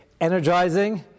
energizing